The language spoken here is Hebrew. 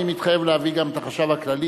אני מתחייב להביא גם את החשב הכללי,